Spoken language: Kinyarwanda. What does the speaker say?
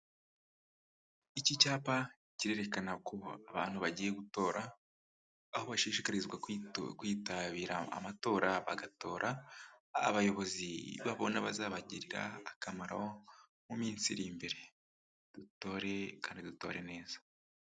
Iki cyapa kirerekana ko abantu bagiye gutora, aho bashishikarizwa kwitabira amatora bagatora abayobozi babona bazabagirira akamaro mu minsi iri imbere, dutore kandi dutore neza.